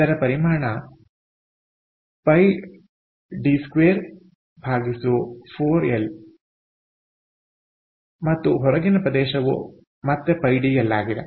ಇದರ ಪರಿಮಾಣ π d2 4l ಮತ್ತು ಹೊರಗಿನ ಪ್ರದೇಶವು ಮತ್ತೆ π d l ಆಗಿದೆ